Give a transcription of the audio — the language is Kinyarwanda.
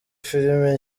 filimi